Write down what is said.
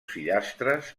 fillastres